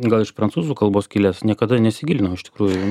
gal iš prancūzų kalbos kilęs niekada nesigilinau iš tikrųjų